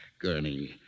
Gurney